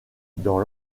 dans